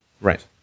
right